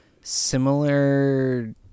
similar